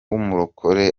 umurokore